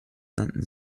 nannten